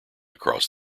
across